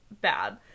Bad